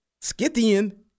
Scythian